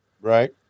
right